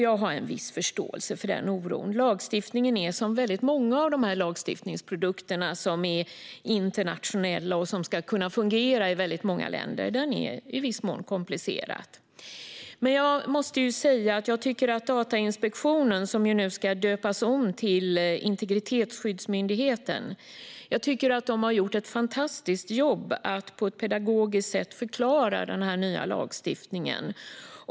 Jag har en viss förståelse för den oron. Liksom många av de internationella lagstiftningsprodukter som ska fungera i många länder är denna lagstiftning rätt komplicerad. Men Datainspektionen, som nu ska döpas om till Integritetsskyddsmyndigheten, har gjort ett fantastiskt jobb med att på ett pedagogiskt sätt förklara den nya lagstiftningen.